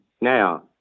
Now